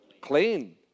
Clean